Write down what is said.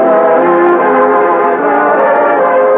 or